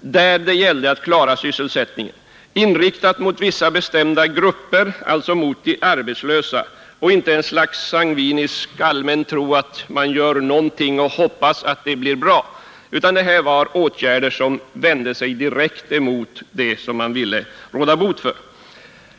där det gällde att klara sysselsättningen och mot vissa bestämda grupper, alltså mot de arbetslösa. De var inte uttryck för en allmänt sangvinisk tro att man kan göra någonting och hoppas att det blir bra, utan det här var åtgärder som vände sig direkt emot det som man ville råda bot på.